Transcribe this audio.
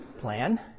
plan